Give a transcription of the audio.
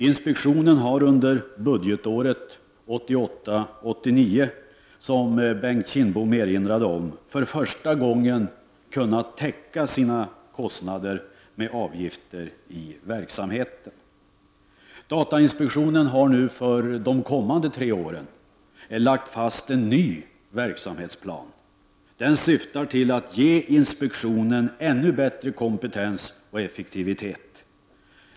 Inspektionen har under budgetåret 1988/89, vilket Bengt Kindbom erinrade om, för första gången kunnat täcka sina kostnader med avgifter i verksamheten. Datainspektionen har för de kommande tre åren lagt fast en ny verksamhetsplan. Den syftar till att ge inspektionen ännu bättre kompetens och effektivitet.